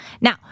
Now